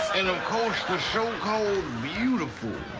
and of course, the so-called beautiful.